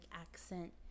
accent